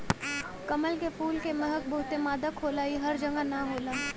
कमल के फूल के महक बहुते मादक होला इ हर जगह ना होला